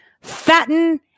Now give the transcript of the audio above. fatten